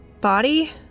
body